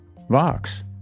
vox